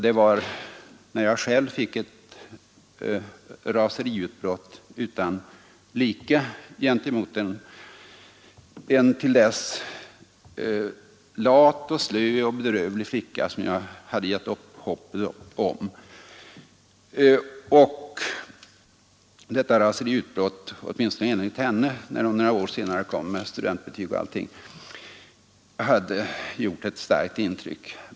Det var när jag själv fick ett raseriutbrott av väldiga proportioner mot en till dess lat, slö och bedrövlig flicka som jag hade givit upp hoppet om. Åtminstone enligt vad hon sade, när hon några år senare kom tillbaka med studentbetyg och allt, var det detta raseriutbrott som hade gjort ett avgörande intryck på henne.